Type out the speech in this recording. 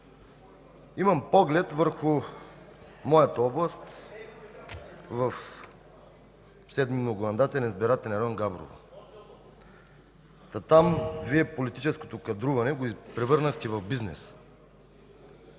Имам поглед върху моята област в 7. многомандатен избирателен район – Габрово. Там политическото кадруване го превърнахте в бизнес.